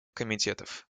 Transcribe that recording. комитетов